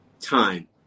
time